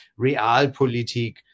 realpolitik